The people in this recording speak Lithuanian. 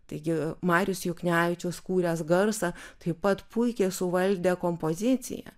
taigi marius juknevičius kūręs garsą taip pat puikiai suvaldė kompoziciją